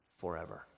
forever